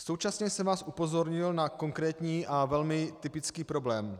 Současně jsem vás upozornil na konkrétní a velmi typický problém.